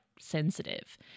sensitive